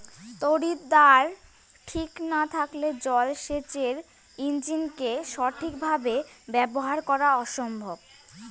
তড়িৎদ্বার ঠিক না থাকলে জল সেচের ইণ্জিনকে সঠিক ভাবে ব্যবহার করা অসম্ভব